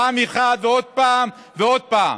פעם אחת ועוד פעם ועוד פעם.